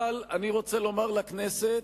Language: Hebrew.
אבל אני רוצה לומר לכנסת